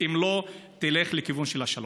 אם לא תלך לכיוון של השלום.